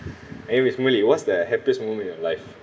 eh hari what's the happiest moment in your life